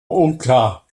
unklar